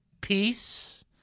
peace